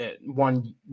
one